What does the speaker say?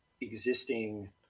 existing